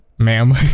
Ma'am